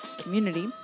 community